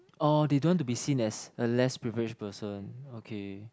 oh they don't want to be seen as a less privileged person okay